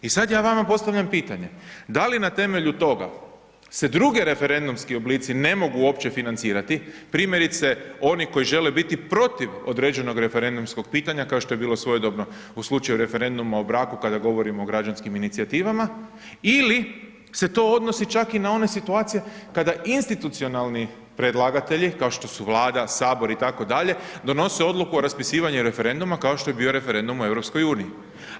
I sad ja vama postavljam pitanje, da li na temelju toga se drugi referendumski oblici ne mogu uopće financirati primjerice, oni koji žele biti protiv određenog referendumskog pitanja kao što je bilo svojedobno u slučaju referenduma o braku kada govorimo o građanskim inicijativama ili se to odnosi čak i na one situacije kada institucionalni predlagatelji, kao što su Vlada, Sabor itd., donose odluku o raspisivanju referenduma kao što je bio referendum o EU-u.